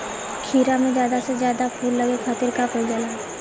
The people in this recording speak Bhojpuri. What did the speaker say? खीरा मे ज्यादा से ज्यादा फूल लगे खातीर का कईल जाला?